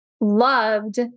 loved